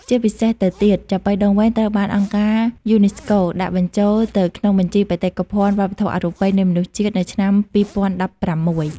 ជាពិសេសទៅទៀត ចាប៉ីដងវែង ត្រូវបានអង្គការ UNESCO ដាក់បញ្ចូលទៅក្នុងបញ្ជី បេតិកភណ្ឌវប្បធម៌អរូបីនៃមនុស្សជាតិ នៅឆ្នាំ ២០១៦។